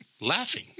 Laughing